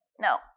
no